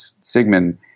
Sigmund